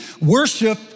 worship